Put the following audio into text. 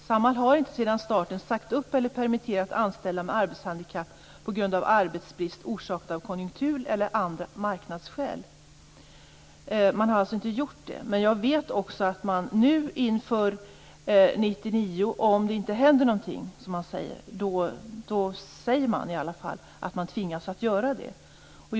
Samhall har inte sedan starten sagt upp eller permitterat anställda med arbetshandikapp på grund av arbetsbrist orsakad av konjunktur eller av andra marknadsskäl. Men jag vet också att man nu inför 1999, om det inte händer någonting, åtminstone säger att man tvingas att göra detta.